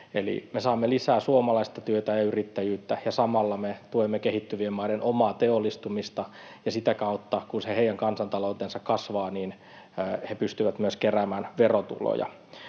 Eli me saamme lisää suomalaista työtä ja yrittäjyyttä, ja samalla me tuemme kehittyvien maiden omaa teollistumista, ja sitä kautta, kun se heidän kansantaloutensa kasvaa, he pystyvät myös keräämään verotuloja.